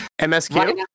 MSQ